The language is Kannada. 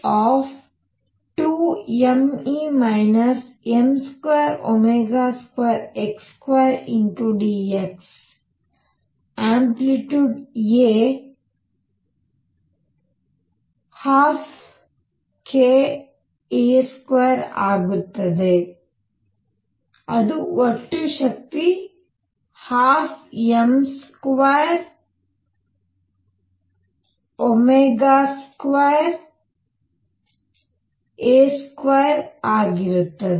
ಆಂಪ್ಲಿಟ್ಯೂಡ್ A 12kA2 ಆಗುತ್ತದೆ ಅದು ಒಟ್ಟು ಶಕ್ತಿ 12m22A2 ಸಮಾನವಾಗಿರುತ್ತದೆ